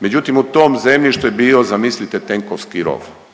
Međutim, u tom zemljištu je bio, zamislite, tenkovski rov